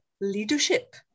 leadership